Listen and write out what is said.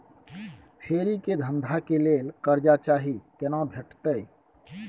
फेरी के धंधा के लेल कर्जा चाही केना भेटतै?